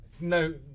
no